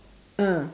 ah